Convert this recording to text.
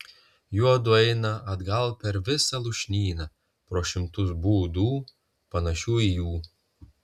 juodu eina atgal per visą lūšnyną pro šimtus būdų panašių į jų